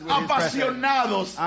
apasionados